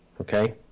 okay